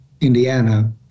Indiana